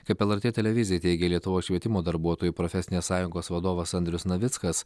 kaip lrt televizijai teigė lietuvos švietimo darbuotojų profesinės sąjungos vadovas andrius navickas